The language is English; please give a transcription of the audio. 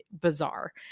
bizarre